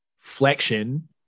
flexion